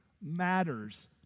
matters